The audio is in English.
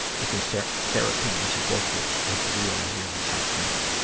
i think, so therapy and support groups have really, really, helped me.